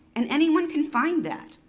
and anyone can find that.